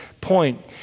point